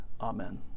Amen